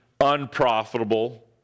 unprofitable